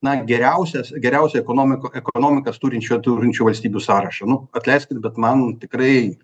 na geriausias geriausiai ekonomiką ekonomikas turinčių turinčių valstybių sąrašą nu atleiskit bet man tikrai